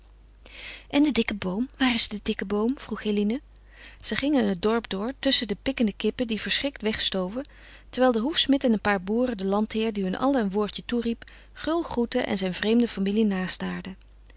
en de dikke boom waar is de dikke boom vroeg eline zij gingen het dorp door tusschen de pikkende kippen die verschrikt wegstoven terwijl de hoefsmid en een paar boeren den landheer die hun allen een woordje toeriep gul groetten en zijn vreemde familie